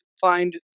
find